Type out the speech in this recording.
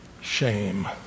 shame